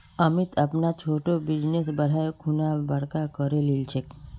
अमित अपनार छोटो बिजनेसक बढ़ैं खुना बड़का करे लिलछेक